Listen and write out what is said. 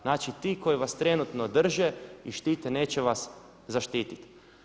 Znači ti koji vas trenutno drže i štite neće vas zaštiti.